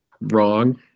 wrong